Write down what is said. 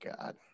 God